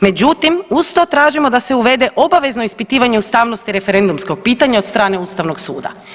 Međutim, uz to tražimo da se uvede obavezno ispitivanje ustavnosti referendumskog pitanja od strane Ustavnog suda.